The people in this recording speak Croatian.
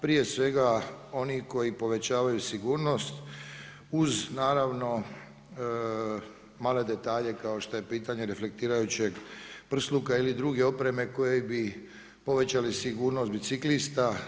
Prije svega, onih koji povećavaju sigurnost, uz naravno, male detalje, kao što je pitanje reflektirajućeg prsluka, ili druge opreme koje bi povećale sigurnost biciklista.